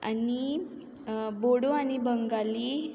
आनी बोडो आनी बंगाली